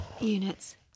units